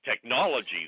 technology